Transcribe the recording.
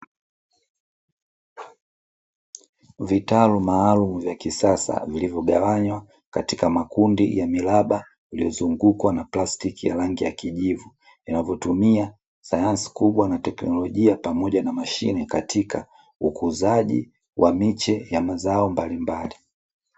Vitalu maalumu vya kisasa vilivyogawanywa katika makundi ya miraba iliyozungukwa na plastiki ya rangi ya kijivu, vinayotumia sayansi kubwa, na teknolojia pamoja na mashine katika ukuzaji wa miche ya mazao mbalimbali.